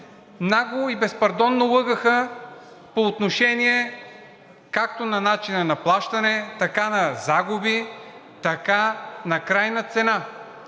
нагло и безпардонно лъгаха по отношение както на начина на плащане, така и на загуби, така и на крайна цена.